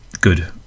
Good